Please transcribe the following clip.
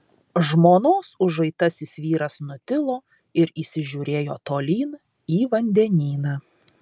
žmonos užuitasis vyras nutilo ir įsižiūrėjo tolyn į vandenyną